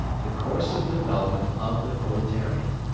the course of development of the proletariat.